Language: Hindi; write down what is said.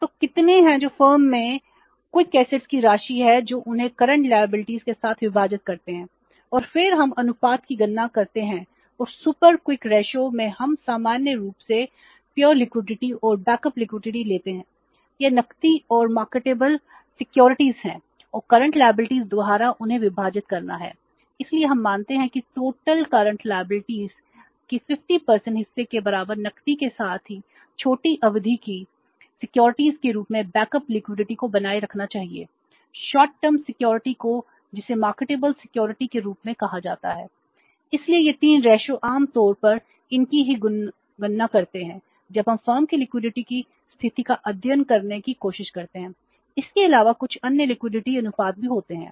तो कितने हैं जो फर्म में कोई कैसेट्स के रूप में कहा जाता है